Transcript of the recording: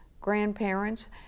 grandparents